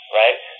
right